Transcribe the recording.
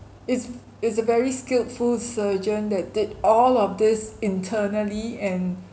it's it's a very skillful surgeon that did all of these internally and